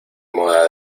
moda